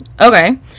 Okay